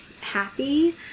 happy